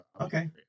Okay